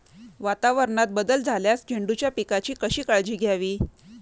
वातावरणात बदल झाल्यास झेंडूच्या पिकाची कशी काळजी घ्यावी?